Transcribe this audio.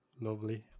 Lovely